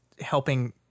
helping